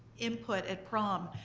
input at prom.